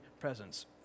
presence